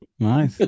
Nice